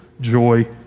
joy